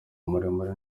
muremure